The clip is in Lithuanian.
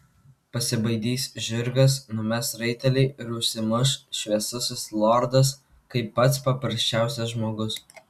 pasibaidys žirgas numes raitelį ir užsimuš šviesusis lordas kaip pats paprasčiausias žmogus